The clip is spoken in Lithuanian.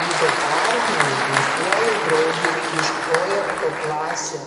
vido partnerei bei suolo draugei iš projekto klasė